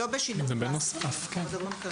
רק הוואוצ'רים.